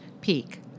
peak